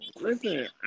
Listen